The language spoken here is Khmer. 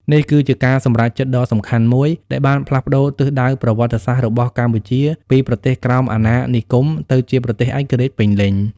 នេះគឺជាការសម្រេចចិត្តដ៏សំខាន់មួយ ដែលបានផ្លាស់ប្ដូរទិសដៅប្រវត្តិសាស្ត្ររបស់កម្ពុជាពីប្រទេសក្រោមអាណានិគម ទៅជាប្រទេសឯករាជ្យពេញលេញ។